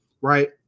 Right